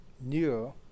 new